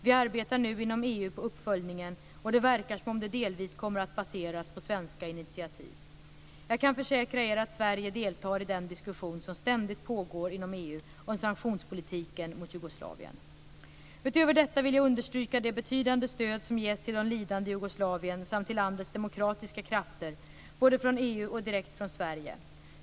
Vi arbetar nu inom EU på uppföljningen, och det verkar som om det delvis kommer att baseras på svenska initiativ. Jag kan försäkra er att Sverige deltar i den diskussion som ständigt pågår inom EU om sanktionspolitiken mot Jugoslavien. Utöver detta vill jag understryka det betydande stöd som ges till de lidande i Jugoslavien samt till landets demokratiska krafter, både från EU och direkt från Sverige.